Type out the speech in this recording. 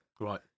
Right